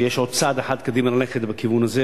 שיש ללכת עוד צעד אחד קדימה בכיוון הזה,